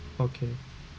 okay